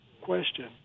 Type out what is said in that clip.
question